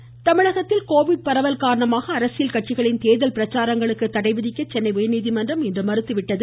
உயர்நீதிமன்றம் தேர்தல் தமிழகத்தில் கோவிட் பரவல் காரணமாக அரசியல் கட்சிகளின் தேர்தல் பிரச்சாரங்களுக்கு தடை விதிக்க சென்னை உயர்நீதிமன்றம் இன்று மறுத்துவிட்டது